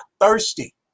thirsty